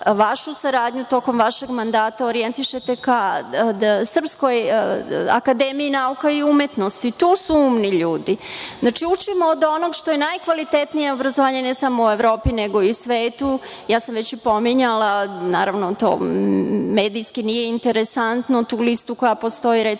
vašu saradnju tokom vašeg mandata orijentišete ka SANU, tu su umni ljudi. Znači, učimo od onog što je najkvalitetnije obrazovanje, ne samo u Evropi nego i u svetu. Već sam, pominjala, naravno, to medijski nije interesantno, tu listu koja postoji, recimo,